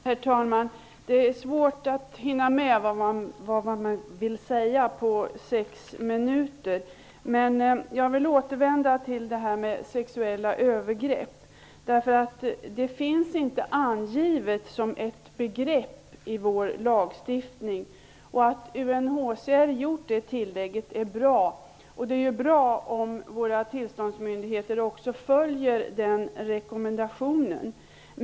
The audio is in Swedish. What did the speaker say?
Herr talman! Det är svårt att på sex minuter hinna med vad man vill säga. Jag vill återvända till frågan om sexuella övergrepp. Sådana finns inte angivna som ett begrepp i vår lagstiftning, och det är bra att UNHCR har gjort ett sådant tillägg. Det är också bra om våra tillståndsmöjligheter följer den rekommendationen.